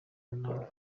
navuye